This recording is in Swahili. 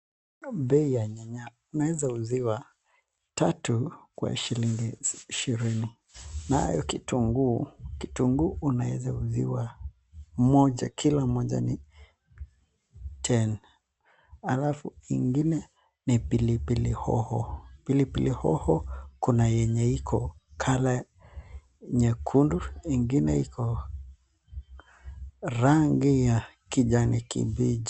Bei ya nyanya. Unaweza uziwa tatu kwa shilingi ishirini, nayo kitunguu unaweza uziwa moja, kila moja ni ten . Alafu ingine ni pilipili hoho. Pilipili hoho kuna yenye iko color nyekundu ingine iko rangi ya kijani kibichi.